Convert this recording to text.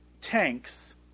tanks